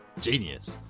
genius